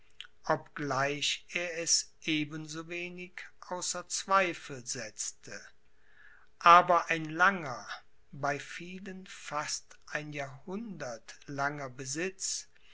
obgleich er es eben so wenig außer zweifel setzte aber ein langer bei vielen fast ein jahrhundert langer besitz